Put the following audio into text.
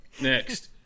Next